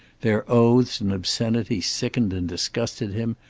their oaths and obscenity sickened and disgusted him,